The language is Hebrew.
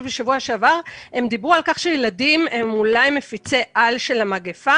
בשבוע שעבר הם דיברו על כך שילדים הם אולי מפיצי-על של המגפה.